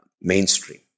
mainstream